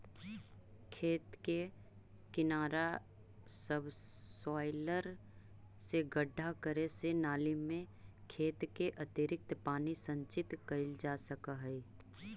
खेत के किनारा सबसॉइलर से गड्ढा करे से नालि में खेत के अतिरिक्त पानी संचित कइल जा सकऽ हई